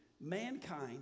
mankind